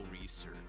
research